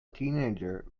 teenager